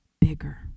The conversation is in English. bigger